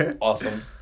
awesome